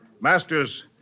Masters